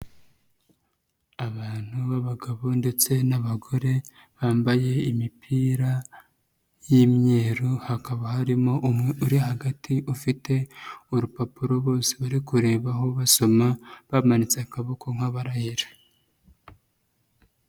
Abantu b'abagabo ndetse n'abagore bambaye imipira y'imyeru hakaba harimo uri hagati ufite urupapuro bose bari kurebaho basoma bamanitse akaboko nk'abarahira.